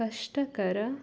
ಕಷ್ಟಕರ